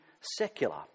secular